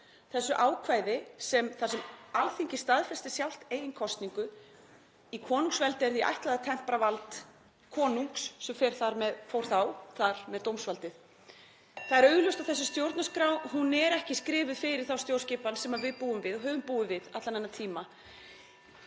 Þessu ákvæði, þar sem Alþingi staðfesti sjálft eigin kosningu, í konungsveldi er því ætlað að tempra vald konungs sem fór þá þar með dómsvaldið. (Forseti hringir.) Það er augljóst að þessi stjórnarskrá er ekki skrifuð fyrir þá stjórnskipan sem við búum við og höfum búið við allan þennan tíma.